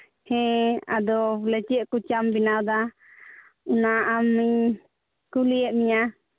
ᱦᱮᱸ ᱟᱫᱚ ᱵᱚᱞᱮ ᱪᱮᱫ ᱠᱚ ᱪᱟᱢ ᱵᱮᱱᱟᱣᱫᱟ ᱚᱱᱟ ᱟᱹᱢᱤᱧ ᱠᱩᱞᱤᱭᱮᱫ ᱢᱮᱭᱟ